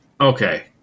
Okay